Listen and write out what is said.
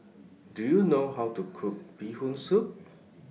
Do YOU know How to Cook Bee Hoon Soup